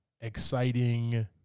exciting